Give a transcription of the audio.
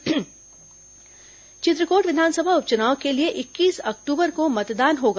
चित्रकोट उप चुनाव चित्रकोट विधानसभा उप चुनाव के लिए इक्कीस अक्टूबर को मतदान होगा